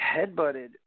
headbutted